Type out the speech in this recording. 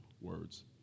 words